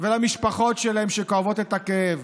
ולמשפחות שלהם, שכואבות את הכאב: